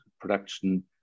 production